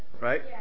right